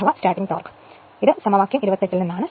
ഇത് 28ാം സമവാക്യത്തിൽനിന്നാണ്